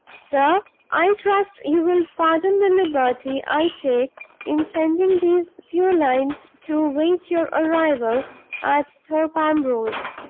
sir i trust you will pardon the liberty i take in sending these few lines to wait your arrival at thorpe ambrose.